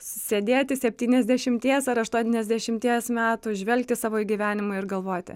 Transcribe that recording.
sėdėti septyniasdešimties ar aštuoniasdešimties metų žvelgti savo į gyvenimą ir galvoti